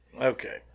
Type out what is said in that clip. Okay